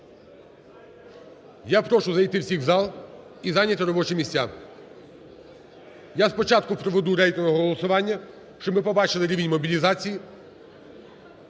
Я прошу зайти всіх в зал і зайняти робочі місця. Я спочатку проведу рейтингове голосування, щоб ми побачили рівень мобілізації.